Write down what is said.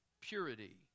purity